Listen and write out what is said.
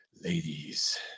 ladies